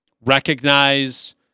recognize